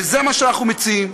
וזה מה שאנחנו מציעים,